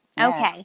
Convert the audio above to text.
Okay